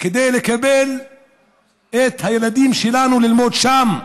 כדי לקבל את הילדים שלנו ללמוד שם.